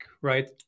right